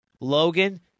Logan